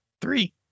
Three